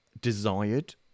desired